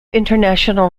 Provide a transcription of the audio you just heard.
international